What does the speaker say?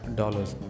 dollars